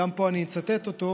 וגם פה אני אצטט אותו,